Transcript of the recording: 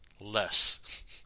less